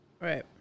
right